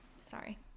sorry